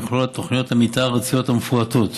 ממכלול תוכניות המתאר הארציות המפורטות,